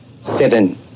seven